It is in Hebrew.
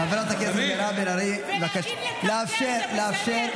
חברת הכנסת מירב בן ארי, אני מבקש לאפשר לשר.